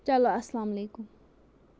چلو اَسلام علیکُم